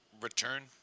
return